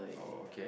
oh okay